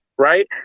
right